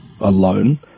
alone